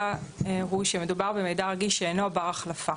הוא שמדובר במידע רגיש שאינו בר החלפה.